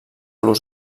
los